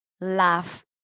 laugh